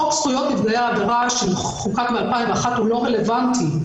חוק זכויות נפגעי עבירה שחוקק ב-2001 הוא לא רלוונטי.